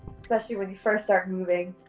especially when you first start moving.